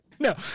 No